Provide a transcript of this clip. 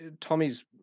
Tommy's